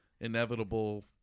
inevitable